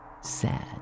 sad